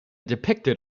depicted